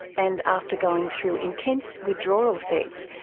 and after going through intense withdrawal effects,